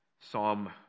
Psalm